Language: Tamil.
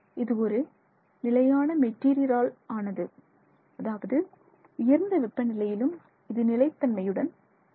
இது ஒரு நிலையான மெட்டீரியலால் ஆனது அதாவது உயர்ந்த வெப்பநிலையிலும் இது நிலை தன்மையுடன் இருக்கும்